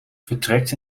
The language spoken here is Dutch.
vertrekt